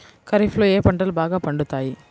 ఖరీఫ్లో ఏ పంటలు బాగా పండుతాయి?